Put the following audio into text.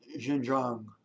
Xinjiang